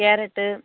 carrot